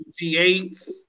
G8s